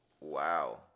Wow